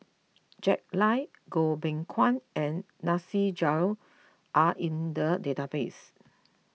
Jack Lai Goh Beng Kwan and Nasir Jalil are in the database